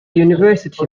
university